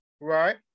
Right